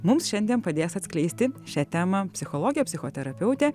mums šiandien padės atskleisti šią temą psichologė psichoterapeutė